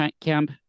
camp